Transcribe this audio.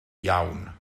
iawn